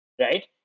right